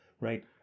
right